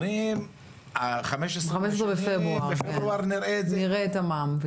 אומרים ה-15 בפברואר נראה את זה -- נראה את המע"מ,